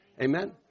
Amen